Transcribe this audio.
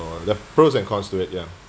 there're pros and cons to it ya